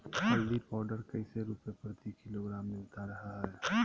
हल्दी पाउडर कैसे रुपए प्रति किलोग्राम मिलता रहा है?